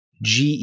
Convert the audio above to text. GE